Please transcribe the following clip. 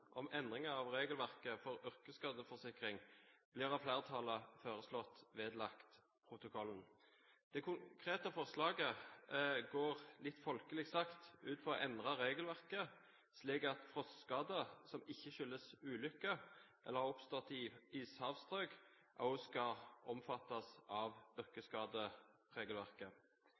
om endring av regelverket for yrkesskadeforsikring blir av flertallet foreslått vedlagt protokollen. Det konkrete forslaget går – litt folkelig sagt – ut på å endre regelverket slik at frostskader som ikke skyldes ulykker eller er oppstått i ishavsstrøk, òg skal omfattes av